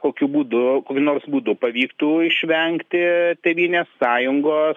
kokiu būdu kokiu nors būdu pavyktų išvengti tėvynės sąjungos